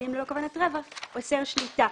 בתאגידים ללא כוונת רווח, אוסר שליטה.